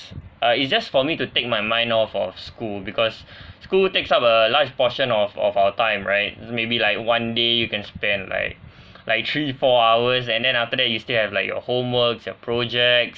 uh it's just for me to take my mind off of school because school takes up a large portion of of our time right so maybe like one day you can spend like like three four hours and then after that you still have like your homeworks your projects